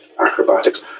acrobatics